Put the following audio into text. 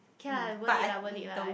K lah worth it lah worth it lah I